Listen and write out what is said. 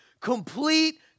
complete